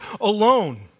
alone